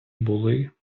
були